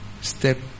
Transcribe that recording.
Step